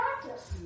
practice